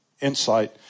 insight